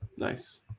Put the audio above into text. Nice